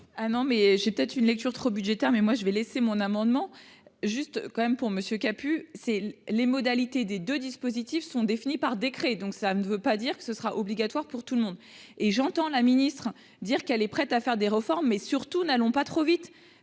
Ah non, mais j'ai peut-être une lecture trop budgétaire mais moi je vais laisser mon amendement juste quand même pour Monsieur kaput c'est les modalités des 2 dispositifs sont définies par décret, donc ça ne veut pas dire que ce sera obligatoire pour tout le monde, et j'entends la Ministre dire qu'elle est prête à faire des réformes, mais surtout n'allons pas trop vite,